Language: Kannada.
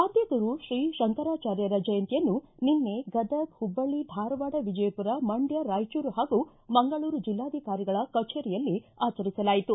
ಆದ್ಯಗುರು ಶ್ರೀ ಶಂಕರಾಚಾರ್ಯರ ಜಯಂತಿಯನ್ನು ನಿನ್ನೆ ಗದಗ ಹುಬ್ಬಳ್ಳಿ ಧಾರವಾಡ ವಿಜಯಪುರ ರಾಯಚೂರು ಮಂಡ್ಯ ಹಾಗೂ ಮಂಗಳೂರು ಜೆಲ್ಲಾಧಿಕಾರಿಗಳ ಕಚೇರಿಯಲ್ಲಿ ಆಚರಿಸಲಾಯಿತು